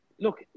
look